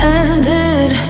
ended